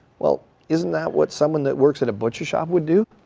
well isn't that what someone that works at a butcher shop would do?